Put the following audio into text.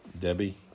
Debbie